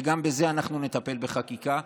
וגם בזה אנחנו נטפל בחקיקה,